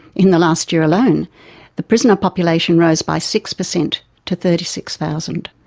in the last year alone the prisoner population rose by six percent to thirty six thousand.